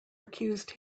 accused